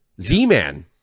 Z-Man